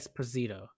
Esposito